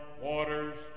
Waters